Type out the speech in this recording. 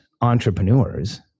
entrepreneurs